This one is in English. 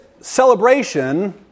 celebration